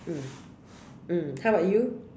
mm how about you